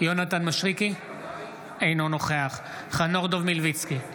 מישרקי, אינו נוכח חנוך דב מלביצקי,